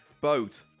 Boat